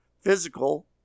physical